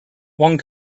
one